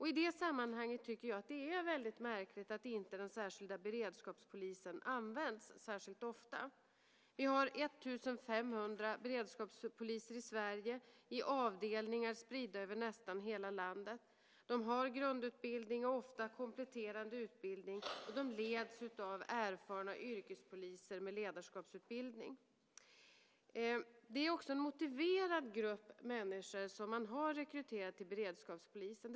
I det sammanhanget är det märkligt att den särskilda beredskapspolisen inte används särskilt ofta. Det finns 1 500 beredskapspoliser i Sverige i avdelningar spridda över nästan hela landet. De har grundutbildning och ofta kompletterande utbildning och leds av erfarna yrkespoliser med ledarskapsutbildning. Det är också en motiverad grupp människor som man har rekryterat till beredskapspolisen.